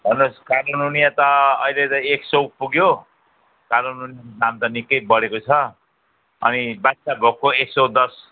हेर्नुहोस् कालो नुनिया त अहिले त एक सय पुग्यो कालो नुनियाको दाम त निकै बढेको छ अनि बादसाह भोगको एक सय दस